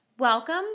Welcome